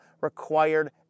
required